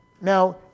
now